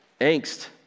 angst